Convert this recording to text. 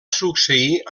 succeir